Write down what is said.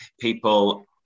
people